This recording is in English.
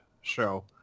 show